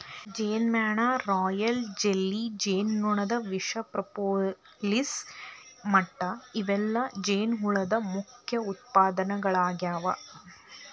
ಜೇನಮ್ಯಾಣ, royal jelly, ಜೇನುನೊಣದ ವಿಷ, propolis ಮಟ್ಟ ಇವೆಲ್ಲ ಜೇನುಹುಳದ ಮುಖ್ಯ ಉತ್ಪನ್ನಗಳಾಗ್ಯಾವ